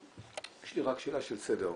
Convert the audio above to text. יש לי רק שאלה של סדר,